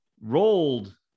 rolled